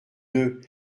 deux